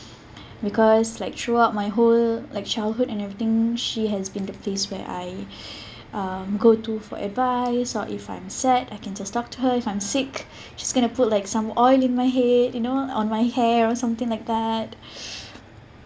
because like throughout my whole like childhood and everything she has been the place where I uh go to for advice or if I'm said I can just talk to her if I'm sick she's going to put like some oil in my head you know on my hair or something like that